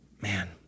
Man